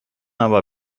aber